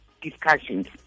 discussions